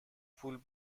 پول